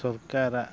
ᱥᱚᱨᱠᱟᱨᱟᱜ